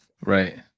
Right